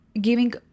giving